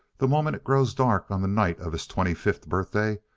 the moment it grows dark on the night of his twenty-fifth birthday,